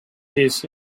his